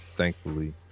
Thankfully